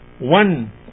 one